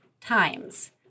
times